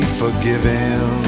forgiven